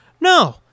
No